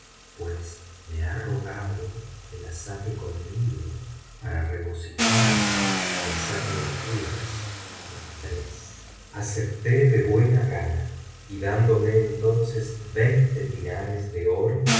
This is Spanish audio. pues me ha rogado que la saque conmigo para regocijarnos y hacer locuras los tres acepté de buena gana y dándome entonces veinte dinares de oro